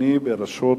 פרסום),